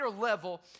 level